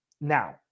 now